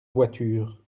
voiture